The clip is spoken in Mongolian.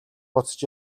буцаж